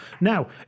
Now